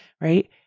Right